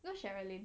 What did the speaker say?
那 sherilyn